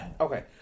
okay